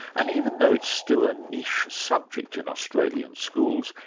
and even though it's still a niche subject in australian schools,